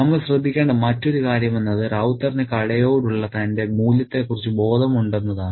നമ്മൾ ശ്രദ്ധിക്കേണ്ട മറ്റൊരു കാര്യം എന്നത് റൌത്തറിന് കടയോടുള്ള തന്റെ മൂല്യത്തെക്കുറിച്ച് ബോധമുണ്ടെന്നതാണ്